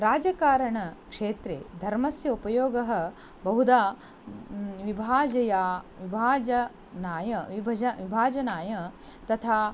राजकारणक्षेत्रे धर्मस्य उपयोगः बहुधा विभाजया विभाजनाय विभजनं विभाजनाय तथा